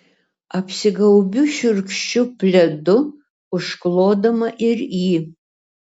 apsigaubiu šiurkščiu pledu užklodama ir jį